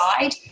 side